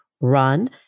run